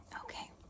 Okay